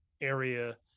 area